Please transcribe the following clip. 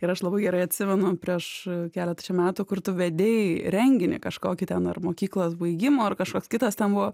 ir aš labai gerai atsimenu prieš keletą čia metų kur tu vedei renginį kažkokį ten ar mokyklos baigimo ar kažkoks kitas ten buvo